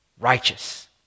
righteous